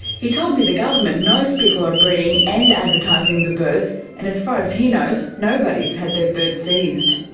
he told me the government knows people are breeding and advertising the birds and as far as he knows, nobody's had their birds seized.